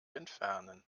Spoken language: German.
entfernen